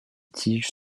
tiges